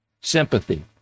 sympathy